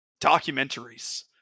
documentaries